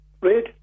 red